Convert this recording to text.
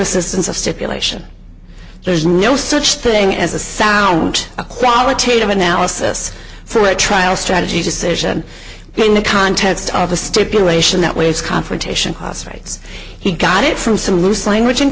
assistance of stipulation there's no such thing as a sound a qualitative analysis for a trial strategy decision in the context of the stipulation that weighs confrontation rates he got it from some loose language